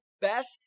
best